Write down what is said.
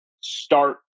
start